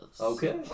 Okay